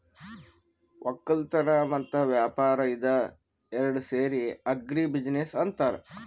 ವಕ್ಕಲತನ್ ಮತ್ತ್ ವ್ಯಾಪಾರ್ ಇದ ಏರಡ್ ಸೇರಿ ಆಗ್ರಿ ಬಿಜಿನೆಸ್ ಅಂತಾರ್